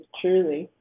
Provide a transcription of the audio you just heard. truly